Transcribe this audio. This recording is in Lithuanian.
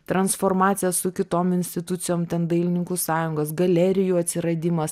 transformacija su kitom institucijom ten dailininkų sąjungos galerijų atsiradimas